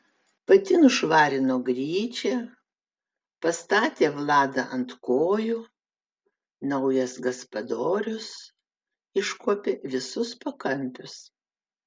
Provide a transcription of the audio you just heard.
pati nušvarino gryčią pastatė vladą ant kojų naujas gaspadorius iškuopė visus pakampius